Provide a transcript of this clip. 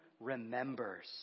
remembers